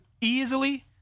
easily